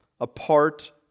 apart